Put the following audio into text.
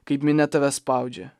kaip minia tave spaudžia